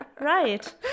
right